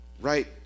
right